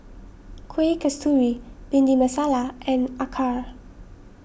Kueh Kasturi Bhindi Masala and Acar